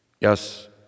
Yes